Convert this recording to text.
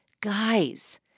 Guys